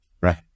Right